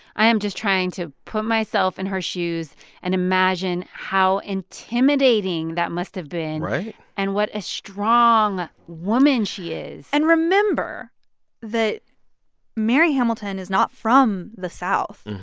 i am just trying to put myself in her shoes and imagine how intimidating that must have been. right. and what a strong woman she is and remember that mary hamilton is not from the south.